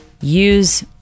use